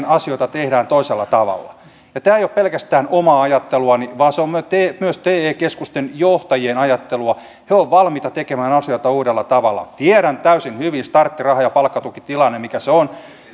asioita tehdään toisella tavalla tämä ei ole pelkästään omaa ajatteluani vaan se on myös te keskusten johtajien ajattelua he ovat valmiita tekemään asioita uudella tavalla tiedän täysin hyvin starttiraha ja palkkatukitilanteen mikä se on